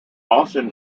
often